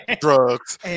drugs